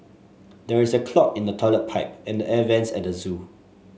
there is a clog in the toilet pipe and the air vents at the zoo